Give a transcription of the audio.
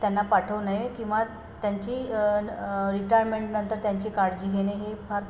त्यांना पाठवू नये किंवा त्यांची रिटायरमेंटनंतर त्यांची काळजी घेणे हे फार